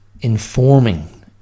informing